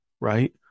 right